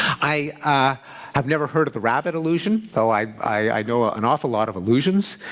i ah have never heard of the rabbit illusion, though i i know ah an awful lot of illusions.